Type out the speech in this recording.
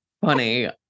funny